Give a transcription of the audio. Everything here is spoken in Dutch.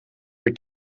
weer